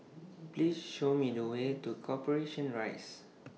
Please Show Me The Way to Corporation Rise